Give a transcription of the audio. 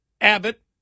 Abbott